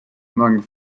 among